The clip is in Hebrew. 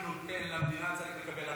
חייל שנותן למדינה צריך לקבל הכול.